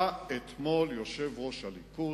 בא אתמול יושב-ראש הליכוד,